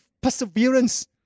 perseverance